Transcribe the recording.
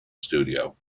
studio